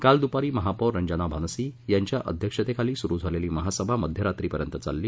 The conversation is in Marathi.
काल दुपारी महापौर रंजना भानसी यांच्या अध्यक्षतेखाली सुरू झालेली महासभा मध्यरात्रीपर्यंत चालली